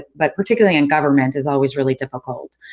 but particularly in government is always really difficult.